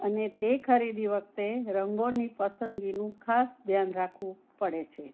અને તે ખરીદી વખતે રંગોની પસંદગીનું ખાસ ધ્યાન રાખવું પડે છે